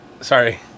Sorry